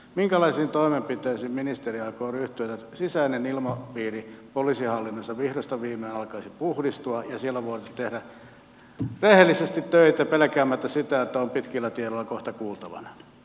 minkälaisiin toimenpiteisiin ministeri aikoo ryhtyä että sisäinen ilmapiiri poliisihallinnossa vihdoista viimein alkaisi puhdistua ja siellä voitaisiin tehdä rehellisesti töitä pelkäämättä sitä että on pitkillä tiedoilla kohta kuultavana